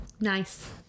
Nice